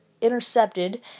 intercepted